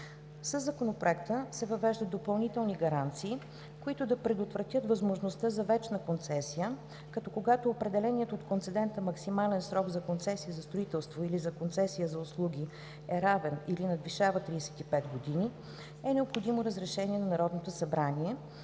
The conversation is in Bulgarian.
Със Законопроекта се въвеждат допълнителни гаранции, които да предотвратят възможност за „вечна” концесия, като когато определеният от концедента максимален срок за концесия за строителство или за концесия за услуги е равен или надвишава 35 години е необходимо разрешение на Народното събрание,